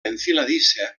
enfiladissa